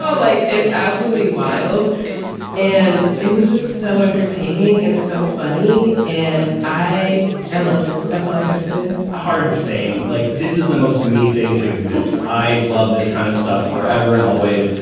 ah like, it's absolutely wild and it was just so entertaining and so funny. and i i loved it. that's what i got to think hard same like this is the most mething to exist. i love this kind of stuff forever and always.